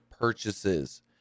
purchases